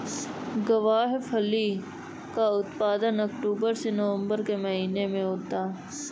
ग्वारफली का उत्पादन अक्टूबर नवंबर के महीने में होता है